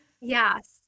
Yes